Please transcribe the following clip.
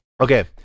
Okay